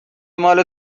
مال